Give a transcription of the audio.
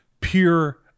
pure